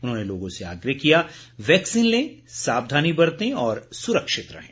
उन्होंने लोगों से आग्रह किया वैक्सीन लें सावधानी बरतें और सुरक्षित रहें